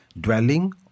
dwelling